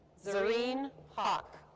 zareen hoq.